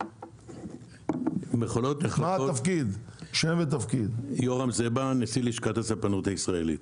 אני נשיא לשכת הספנות הישראלית.